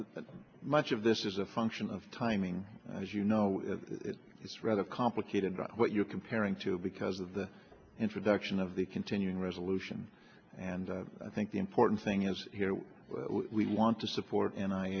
but much of this is a function of timing as you know it's rather complicated what you're comparing to because of the introduction of the continuing resolution and i think the important thing is we want to support and i